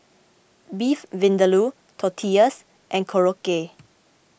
Beef Vindaloo Tortillas and Korokke